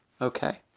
Okay